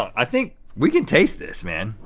i think we can taste this, man.